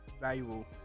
Valuable